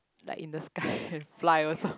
like in sky and fly also